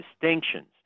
distinctions